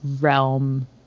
realm